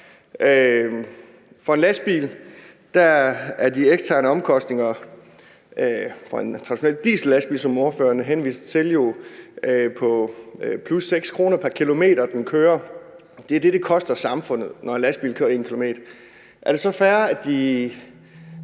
henviser til, er de eksterne omkostninger på plus 6 kr. pr. km, den kører. Det er det, det koster samfundet, når en lastbil kører 1 km. Er det så fair, at de